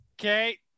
Okay